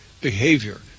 behavior